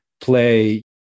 play